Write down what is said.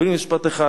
אבל הנה, משפט אחד.